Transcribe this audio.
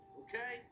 okay